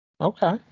Okay